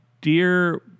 Dear